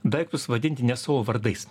daiktus vadinti ne savo vardais